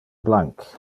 blanc